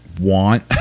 want